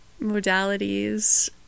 modalities